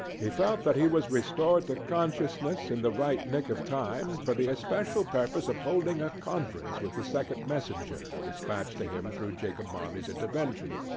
he felt that he was restored to consciousness in the right nick of time, for the especial purpose of holding a conference with the second messenger despatched to him through jacob marley's intervention.